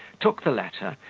took the letter,